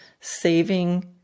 saving